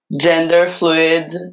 gender-fluid